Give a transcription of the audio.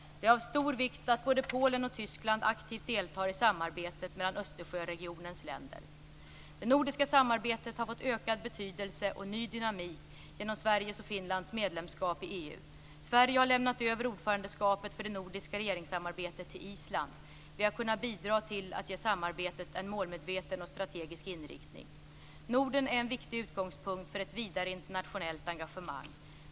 Det är av stor vikt att både Polen och Tyskland aktivt deltar i samarbetet mellan Östersjöregionens länder. Det nordiska samarbetet har fått ökad betydelse och ny dynamik genom Sveriges och Finlands medlemskap i EU. Sverige har lämnat över ordförandeskapet för det nordiska regeringssamarbetet till Island. Vi har kunnat bidra till att ge samarbetet en målmedveten och strategisk inriktning. Norden är en viktig utgångspunkt för ett vidare internationellt engagemang.